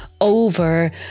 over